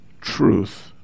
truth